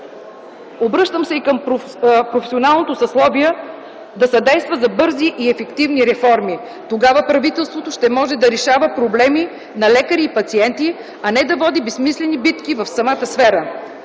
Обръщам се към професионалното съсловие – да съдейства за бързи и ефективни реформи. Тогава правителството ще може да решава проблеми на лекари и пациенти, а не да води безсмислени битки в самата сфера.